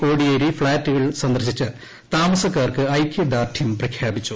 കോടിയേരി ഫ്ളാറ്റുകൾ സന്ദർശിച്ച് താമസക്കാർക്ക് ഐക്യദാർഢ്യം പ്രഖ്യാപിച്ചു